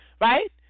right